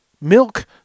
Milk